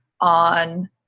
on